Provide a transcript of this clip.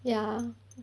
ya